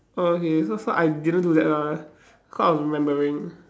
oh okay so so I didn't do that lah cause I was remembering